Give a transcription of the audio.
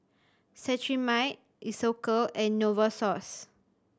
Cetrimide Isocal and Novosource